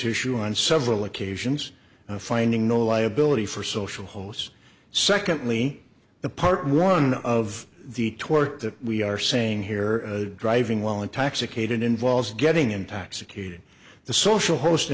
issue on several occasions finding no liability for social host secondly the part one of the tort that we are saying here driving while intoxicated involves getting intoxicated the social host